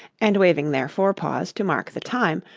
and waving their forepaws to mark the time,